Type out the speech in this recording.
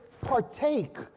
partake